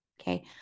okay